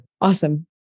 Awesome